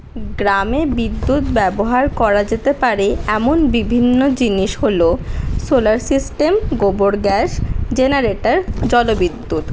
গ্রামে বিদ্যুৎ ব্যবহার করা যেতে পারে এমন বিভিন্ন জিনিস হল সোলার সিস্টেম গোবর গ্যাস জেনারেটর জল বিদ্যুৎ